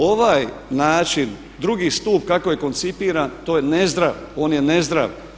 Ovaj način drugi stup kako je koncipiran to je nezdrav, on je nezdrav.